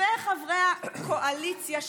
וחברי הקואליציה,